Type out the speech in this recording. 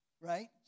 right